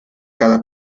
cada